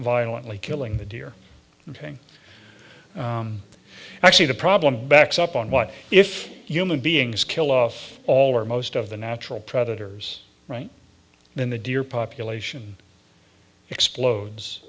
violently killing the deer hunting actually the problem backs up on what if human beings kill off all or most of the natural predators right then the deer population explodes